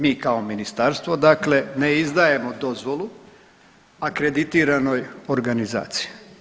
Mi kao ministarstvo, dakle ne izdajemo dozvolu akreditiranoj organizaciji.